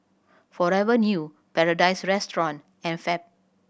Forever New Paradise Restaurant and Fab